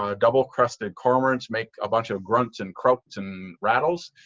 ah double-crested cormorants make a bunch of grunts and croaks and rattles,